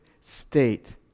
state